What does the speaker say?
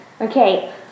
Okay